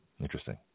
Interesting